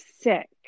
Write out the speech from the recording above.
sick